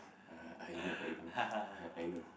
uh I know I know uh I know